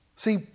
See